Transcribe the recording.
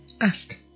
ask